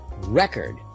Record